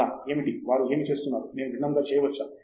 ఎలా ఏమిటి వారు ఏమి చేస్తున్నారు నేను భిన్నముగా చేయవచ్చా